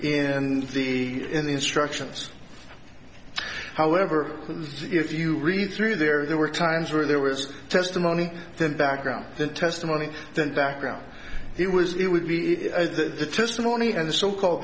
instruction and the instructions however if you read through there there were times where there was testimony that background the testimony the background it was it would be the testimony and the so called